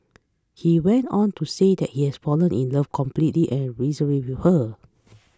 he went on to say that he has fallen in love completely and unreservedly with her